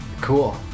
Cool